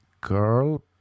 girl